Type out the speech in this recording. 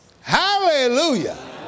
Hallelujah